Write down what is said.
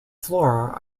flora